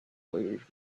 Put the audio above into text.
wisdom